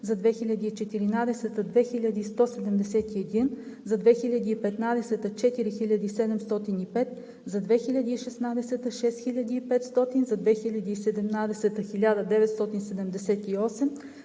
за 2014 – 2171; за 2015 г. – 4705; за 2016 – 6500; за 2017 – 1978;